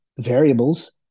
variables